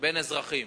בין אזרחים,